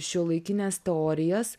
šiuolaikines teorijas